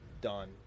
done